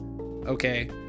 okay